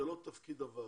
זה לא תפקיד הוועדה.